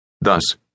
Thus